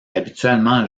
habituellement